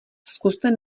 zkuste